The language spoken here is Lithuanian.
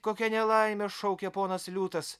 kokia nelaimė šaukė ponas liūtas